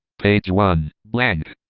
page one, blank,